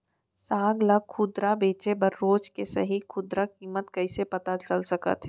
साग ला खुदरा बेचे बर रोज के सही खुदरा किम्मत कइसे पता चल सकत हे?